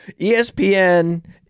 ESPN